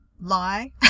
lie